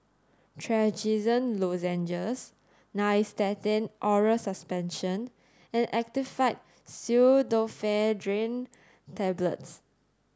Trachisan Lozenges Nystatin Oral Suspension and Actifed Pseudoephedrine Tablets